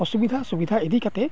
ᱚᱥᱩᱵᱚᱫᱷᱟ ᱥᱩᱵᱤᱫᱷᱟ ᱤᱫᱤ ᱠᱟᱛᱮᱫ